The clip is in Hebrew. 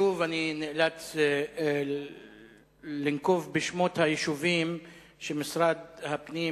שוב אני נאלץ לנקוב בשמות היישובים שמשרד הפנים,